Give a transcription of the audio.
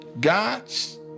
God's